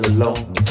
alone